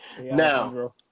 Now